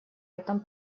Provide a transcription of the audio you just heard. этом